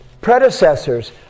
predecessors